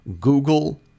Google